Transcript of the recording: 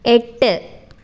എട്ട്